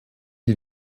die